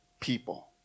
people